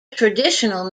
traditional